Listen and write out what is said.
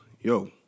Yo